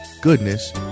goodness